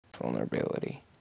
Vulnerability